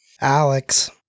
Alex